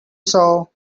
sow